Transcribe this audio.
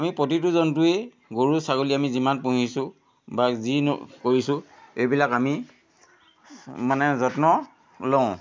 আমি প্ৰতিটো জন্তুৱে গৰু ছাগলী আমি যিমান পুহিছোঁ বা যি কৰিছোঁ এইবিলাক আমি মানে যত্ন লওঁ